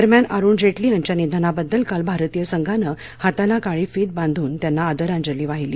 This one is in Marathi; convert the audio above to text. दरम्यान अरुण जेटली यांच्या निधनाबद्दल काल भारतीय संघानं हाताला काळी फीत बांधून त्यांना आदरांजली वाहिली